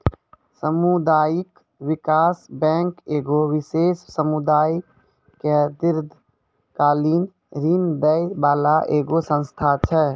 समुदायिक विकास बैंक एगो विशेष समुदाय के दीर्घकालिन ऋण दै बाला एगो संस्था छै